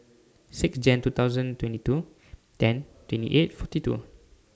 six Jan two thousand twenty two ten twenty eight forty two